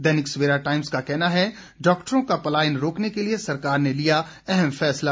दैनिक Savera Times का कहना है डॉक्टरों का पलायन रोकने के लिए सरकार ने लिया अहम फैसला